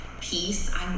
peace